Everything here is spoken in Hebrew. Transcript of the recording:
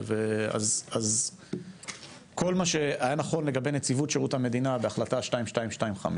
אז כל מה שהיה נכון לגבי נציבות שירות המדינה בהחלטה 2225,